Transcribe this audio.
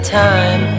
time